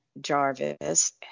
Jarvis